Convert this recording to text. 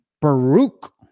Baruch